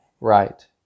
right